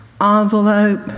envelope